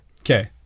Okay